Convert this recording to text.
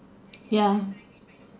ya